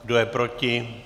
Kdo je proti?